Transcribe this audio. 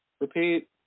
Repeat